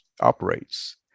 operates